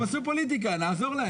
אבל הם עשו פוליטיקה, נעזור להם.